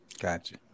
Gotcha